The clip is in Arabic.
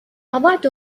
أضعت